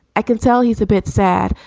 i can tell he's a bit sad,